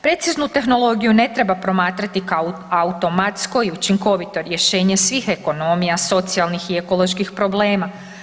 Preciznu tehnologiju ne treba promatrati kao automatsko i učinkovito rješenje svih ekonomija, socijalnih i ekoloških problema.